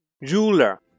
ruler